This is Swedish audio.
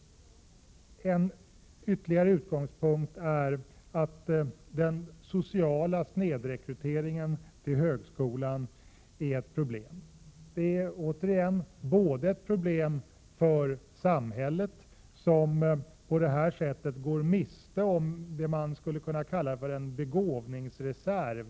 Den sociala snedrekryteringen till högskolan är ett problem. Den är ett problem för samhället, som på detta sätt går miste om något man skulle kunna kalla för en begåvningsreserv.